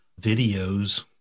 videos